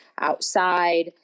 outside